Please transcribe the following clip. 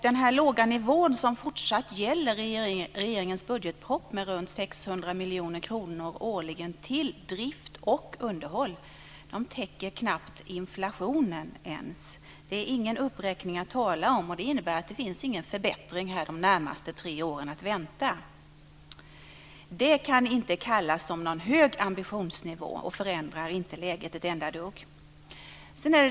Den låga nivån i regeringens budgetproposition som gäller fortsatt, med runt 600 miljoner kronor årligen till drift och underhåll täcker knappt ens inflationen. Det är ingen uppräkning att tala om. Det innebär att det inte finns någon förbättring att vänta de närmaste tre åren. Det kan inte kallas någon hög ambitionsnivå och förändrar inte läget ett enda dugg.